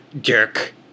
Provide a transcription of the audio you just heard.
jerk